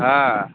হ্যাঁ